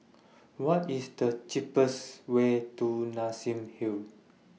What IS The cheapest Way to Nassim Hill